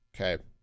okay